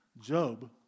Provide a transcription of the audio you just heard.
Job